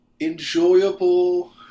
enjoyable